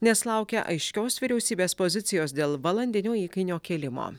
nes laukia aiškios vyriausybės pozicijos dėl valandinio įkainio kėlimo